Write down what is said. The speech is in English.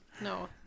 No